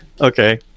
Okay